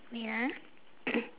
wait ah